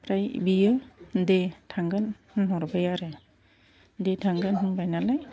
ओमफ्राय बियो दे थांगोन होनहरबाय आरो दे थांगोन होनबाय नालाय